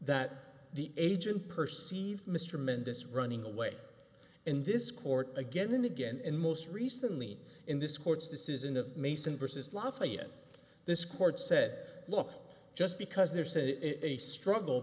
that the agent perceived mr mendis running away in this court again and again and most recently in this court's decision of mason versus lafayette this court said look just because there's a a struggle